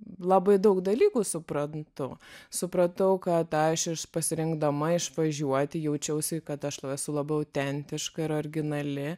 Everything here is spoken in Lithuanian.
labai daug dalykų suprantu supratau kad aš ir pasirinkdama išvažiuoti jaučiausi kad aš esu labai autentiška ir originali